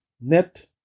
net